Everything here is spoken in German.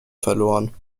verloren